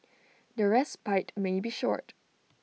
the respite may be short